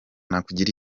nakugira